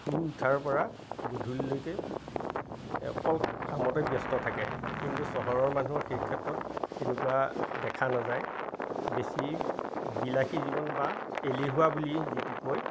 শুই উঠাৰ পৰা গধূলিলৈকে অকল কামতে ব্যস্ত থাকে কিন্তু চহৰৰ মানুহৰ সেই ক্ষেত্ৰত তেনেকুৱা দেখা নাযায় বেছি বিলাসী জীৱন বা এলেহুৱা বুলি যিটো কয়